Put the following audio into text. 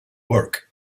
work